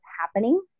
happening